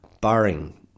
barring